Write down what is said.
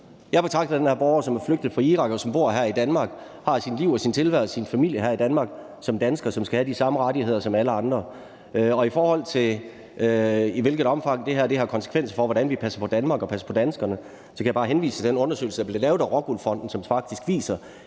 borger, som er flygtet fra Irak, og som bor her i Danmark og har sit liv, sin tilværelse og sin familie her i Danmark som dansker, og synes, at hun derfor skal have de samme rettigheder som alle andre. I forhold til i hvilket omfang det her har konsekvenser for, hvordan vi passer på Danmark og danskerne, kan jeg bare henvise til den undersøgelse, der blev lavet af ROCKWOOL Fonden, som faktisk viser,